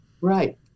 Right